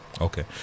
Okay